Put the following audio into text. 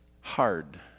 hard